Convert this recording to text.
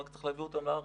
רק צריך להביא אותם לארץ,